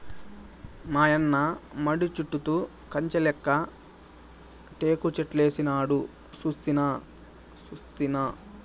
మాయన్న మడి చుట్టూతా కంచెలెక్క టేకుచెట్లేసినాడు సూస్తినా